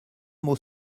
mots